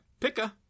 Picka